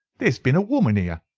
there's been a woman here,